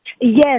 Yes